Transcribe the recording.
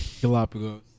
Galapagos